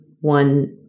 one